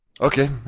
Okay